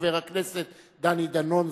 חבר הכנסת דני דנון,